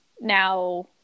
Now